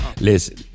Listen